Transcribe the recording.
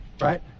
Right